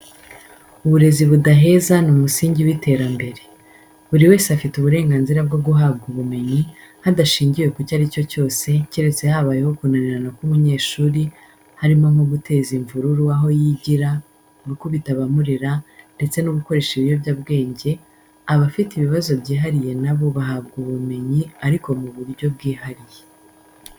Uburezi budaheza ni umusingi w'iterambere. Buri wese afite uburenganzira bwo guhabwa ubumenyi, hadashingiwe kucyo ari cyo cyose keretse habayeho kunanirana k'umunyeshuri, harimo nko guteza imvururu aho yigira, gukubita abamurera ndetse no gukoresha ibiyobyabwenge, abafite ibibazo byihariwe n'abo bahabwa ubumenyi ariko mu buryo bwihariye.